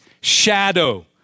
shadow